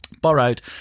borrowed